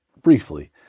briefly